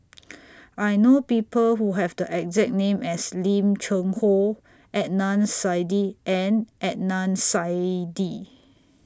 I know People Who Have The exact name as Lim Cheng Hoe Adnan Saidi and Adnan Saidi